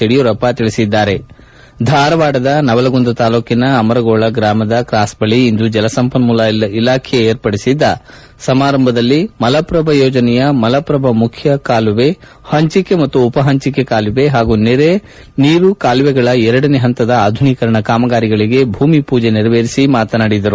ಯಡಿಯೂರಪ್ಪ ಹೇಳಿದ್ದಾರೆ ಧಾರವಾಡದ ನವಲಗುಂದ ತಾಲೂಕಿನ ಅಮರಗೋಳ ಗ್ರಾಮದ ಕ್ರಾಸ್ ಬಳಿ ಇಂದು ಜಲಸಂಪನ್ನೂಲ ಇಲಾಖೆ ವಿರ್ಪಡಿಸಿದ್ದ ಸಮಾರಂಭದಲ್ಲಿ ಮಲಪ್ರಭಾ ಯೋಜನೆಯ ಮಲಪ್ರಭಾ ಮುಖ್ಯ ಕಾಲುವೆ ಪಂಚಕೆ ಮತ್ತು ಉಪಹಂಚಕೆ ಕಾಲುವೆ ಹಾಗೂ ನೆರೆ ನೀರು ಕಾಲುವೆಗಳ ಎರಡನೇ ಹಂತದ ಆಧುನೀಕರಣ ಕಾಮಗಾರಿಗಳಿಗೆ ಭೂಮಿ ಪೂಜೆ ನೆರವೇರಿಸಿ ಅವರು ಮಾತನಾಡುತ್ತಿದ್ದರು